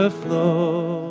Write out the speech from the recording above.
flow